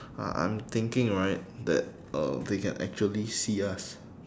ah I'm thinking that right that uh they can actually see us